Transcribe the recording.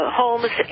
homes